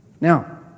Now